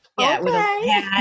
Okay